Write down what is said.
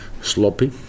sloppy